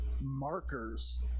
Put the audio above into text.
markers